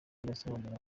irasobanura